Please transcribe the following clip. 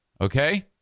Okay